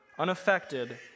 unaffected